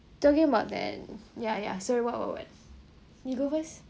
talking about that ya ya sorry what what what you go first